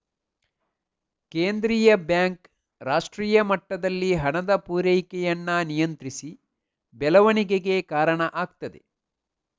ಕೇಂದ್ರೀಯ ಬ್ಯಾಂಕ್ ರಾಷ್ಟ್ರೀಯ ಮಟ್ಟದಲ್ಲಿ ಹಣದ ಪೂರೈಕೆಯನ್ನ ನಿಯಂತ್ರಿಸಿ ಬೆಳವಣಿಗೆಗೆ ಕಾರಣ ಆಗ್ತದೆ